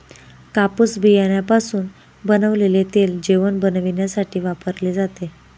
कापूस बियाण्यापासून बनवलेले तेल जेवण बनविण्यासाठी वापरले जाते